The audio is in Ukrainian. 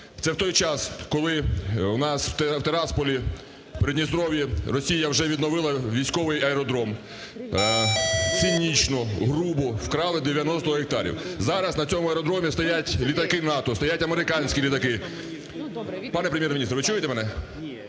Це в той час, коли в нас в Тирасполі, в Придністров'ї, Росія вже відновила військовий аеродром. Цинічно, грубо вкрали 90 гектарів. Зараз на цьому аеродромі стоять літаки НАТО, стоять американські літаки. Пане Прем’єр-міністр, ви чуєте мене?